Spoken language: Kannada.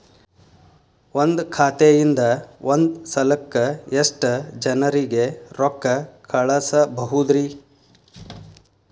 ಒಂದ್ ಖಾತೆಯಿಂದ, ಒಂದ್ ಸಲಕ್ಕ ಎಷ್ಟ ಜನರಿಗೆ ರೊಕ್ಕ ಕಳಸಬಹುದ್ರಿ?